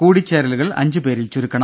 കൂടിച്ചേരലുകൾ അഞ്ചുപേരിൽ ചുരുക്കണം